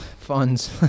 funds